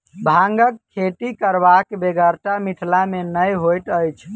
भांगक खेती करबाक बेगरता मिथिला मे नै होइत अछि